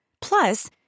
Plus